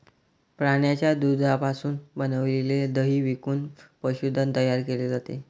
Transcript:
प्राण्यांच्या दुधापासून बनविलेले दही विकून पशुधन तयार केले जाते